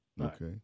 okay